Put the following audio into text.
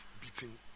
beating